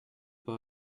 pas